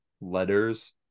letters